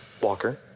Walker